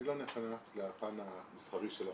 אני לא נכנס לפן המסחרי שלכם.